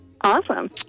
Awesome